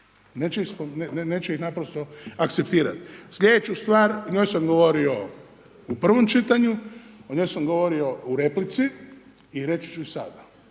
Neće ih naprosto akceptirat. Sljedeću stvar, o njoj sam govorio u prvom čitanju, o njoj sam govorio u replici i reći ću i sada.